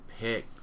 pick